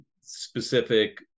specific